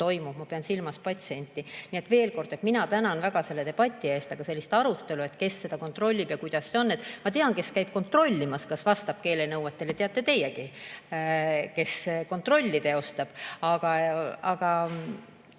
toimub. Ma pean silmas patsienti. Nii et veel kord: mina tänan väga selle debati eest. Aga sellist arutelu, et kes seda kontrollib ja kuidas see on, [ei ole olnud]. Ma tean, kes käib kontrollimas, kas vastab keelenõuetele, ja teate teiegi, kes kontrolli teostab. Aga